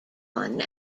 one